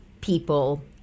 people